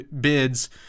bids